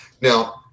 Now